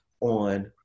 on